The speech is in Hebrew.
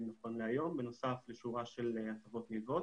נכון להיום בנוסף לשורה של הטבות נלוות,